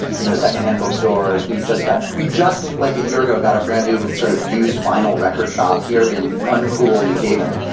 you know, secondhand bookstores. we just got we just like a year ago got a brand new sort of used vinyl record shop here in uncool new haven.